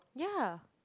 ya